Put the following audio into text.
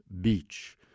Beach